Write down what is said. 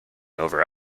over